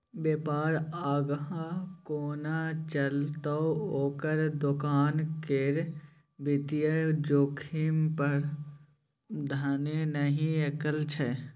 बेपार आगाँ कोना चलतै ओकर दोकान केर वित्तीय जोखिम प्रबंधने नहि कएल छै